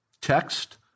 text